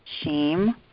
shame